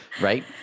right